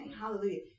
Hallelujah